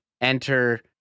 enter